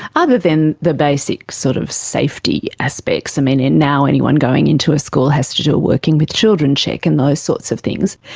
other than the basic sort of safety aspect. and and now anyone going into a school has to do a working with children check and those sorts of things.